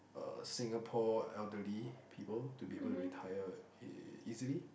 uh Singapore elderly people to be able to retire eh easily